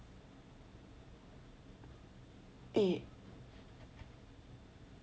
eh